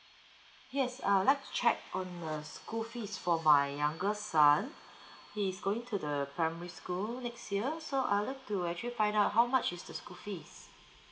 yes uh I would like to check on uh school fees for my youngest son he is going to the primary school next year so I would like to actually find out how much is the school fees